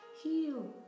Heal